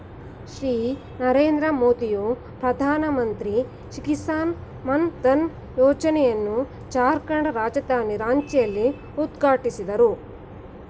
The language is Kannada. ಶ್ರೀ ನರೇಂದ್ರ ಮೋದಿಯು ಪ್ರಧಾನಮಂತ್ರಿ ಕಿಸಾನ್ ಮಾನ್ ಧನ್ ಯೋಜನೆಯನ್ನು ಜಾರ್ಖಂಡ್ ರಾಜಧಾನಿ ರಾಂಚಿಯಲ್ಲಿ ಉದ್ಘಾಟಿಸಿದರು